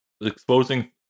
Exposing